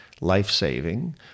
life-saving